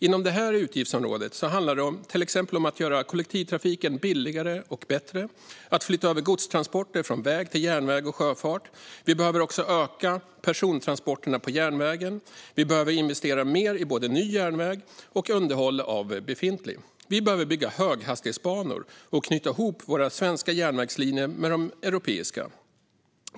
Inom detta utgiftsområde handlar det till exempel om att göra kollektivtrafiken billigare och bättre och om att flytta över godstransporter från väg till järnväg och sjöfart. Vi behöver också öka antalet persontransporter på järnvägen. Vi behöver investera mer i både ny järnväg och underhåll av befintlig. Vi behöver bygga höghastighetsbanor och knyta ihop våra svenska järnvägslinjer med de europeiska.